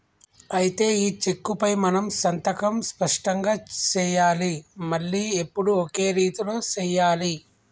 అయితే ఈ చెక్కుపై మనం సంతకం స్పష్టంగా సెయ్యాలి మళ్లీ ఎప్పుడు ఒకే రీతిలో సెయ్యాలి